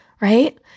right